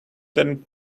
than